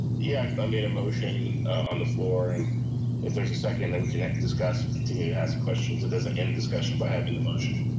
yeah, i made a motion on the floor. and if there's a second that we can discuss and continue to ask questions. it doesn't end discussion by having the motion.